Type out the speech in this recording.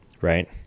right